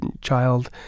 child